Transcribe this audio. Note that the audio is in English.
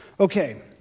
Okay